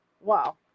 wow